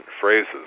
phrases